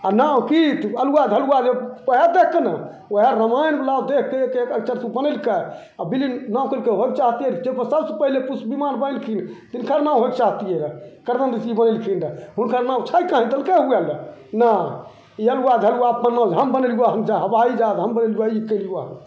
आओर नाम कि तऽ अल्हुआ झलुआ जे ओहे देखिके ने ओहे रामायणवला देखि देखि देखिके बनेलकै आओर विलीन नाम करिके होइ चाहतिए रहै तऽ सबसे पहिले पुष्प विमान बनेलखिन तिनकर नाम होइके चाहतिए रहै कर्दन ऋषि बनेलखिन रहै हुनकर नाम छै कहीँ देलकै हुए ले नहि ई अल्हुआ झलुआ जे हम बनेलिऔ हवाइ जहाज हम बनेलिऔ हम कएलिऔ